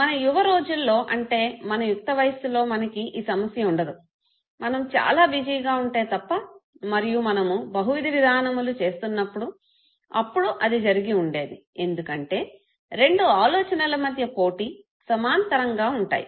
మన యువ రోజుల్లో అంటే మన యుక్త వయస్సులో మనకి ఈ సమస్య ఉండదు మనము చాలా బిజీగా ఉంటే తప్ప మరియు మనము బహువిధి విధానములు చేస్తున్నప్పుడు అప్పుడు అది జరిగి ఉండేది ఎందుకంటే రెండు ఆలోచనల మధ్య పోటీ సమాంతరంగా ఉంటాయి